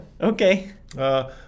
Okay